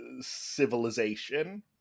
civilization